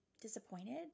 disappointed